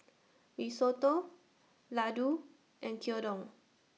Risotto Ladoo and Gyudon